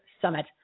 summit